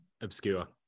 Obscure